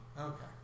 Okay